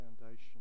foundation